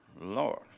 Lord